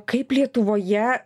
kaip lietuvoje